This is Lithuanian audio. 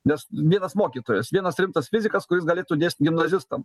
nes vienas mokytojas vienas rimtas fizikas kuris galėtų dėstyt gimnazistam